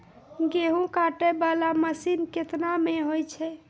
गेहूँ काटै वाला मसीन केतना मे होय छै?